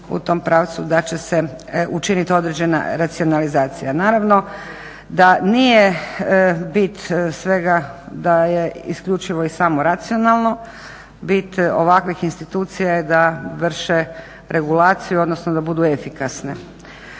u tom pravcu da će se učiniti određena racionalizacija. Naravno da nije bit svega da je isključivo i samo racionalno. Bit ovakvih institucija je da vrše regulaciju odnosno da budu efikasne.